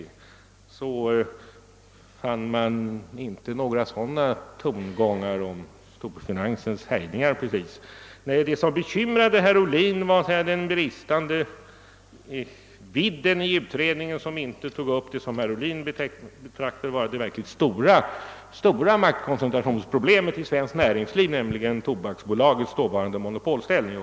Men herr Ohlin talade den gången inte precis om storfinansens härjningar. Nej, vad som bekymrade herr Ohlin var den bristande vidden i utredningen, vilken inte omfattade det som herr Ohlin ansåg vara det verkligt stora maktkoncentrationsproblemet i svenskt näringsliv, nämligen bl.a. Tobaksbolagets dåvarande monopolställning.